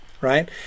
right